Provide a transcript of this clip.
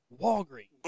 Walgreens